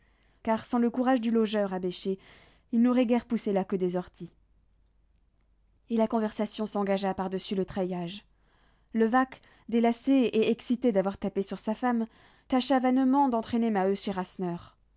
car sans le courage du logeur à bêcher il n'aurait guère poussé là que des orties et la conversation s'engagea par-dessus le treillage levaque délassé et excité d'avoir tapé sur sa femme tâcha vainement d'entraîner maheu